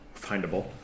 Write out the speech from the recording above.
findable